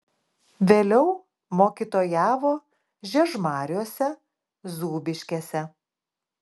vėliau mokytojavo žiežmariuose zūbiškėse